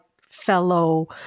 fellow